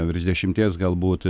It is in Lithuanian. virš dešimties galbūt